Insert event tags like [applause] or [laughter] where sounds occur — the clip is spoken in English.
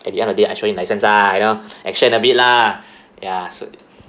at the end of day I show him license ah you know [breath] action a bit lah ya so